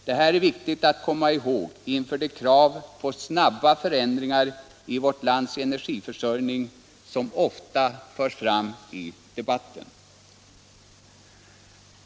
Detta är viktigt att komma ihåg inför de krav på snabba förändringar i vårt lands energiförsörjning som ofta förs fram i debatten.